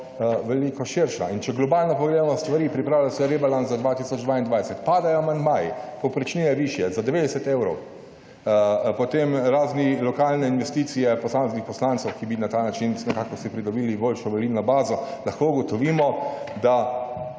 veliko širša. In če globalno pogledamo stvari, pripravlja se rebalans za 2022. Padajo amandmaji. Povprečnina je višje za 90 evrov. Potem razni lokalne investicije posameznih poslancev, ki bi na ta način v nekako si pridobili boljšo volilno bazo, lahko ugotovimo, da